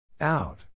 Out